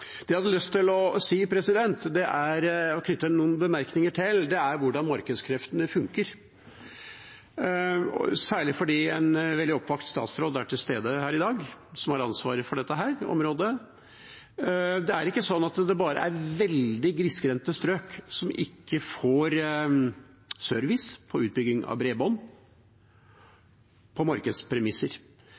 Det jeg hadde lyst til å knytte noen bemerkninger til, er hvordan markedskreftene funker, særlig fordi en veldig oppvakt statsråd, som har ansvaret for dette området, er til stede her i dag. Det er ikke sånn at det bare er veldig grisgrendte strøk som ikke får service på utbygging av bredbånd på markedspremisser.